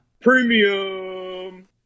Premium